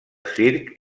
circ